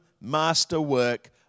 masterwork